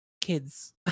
kids